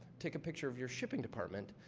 take a picture of your shipping department,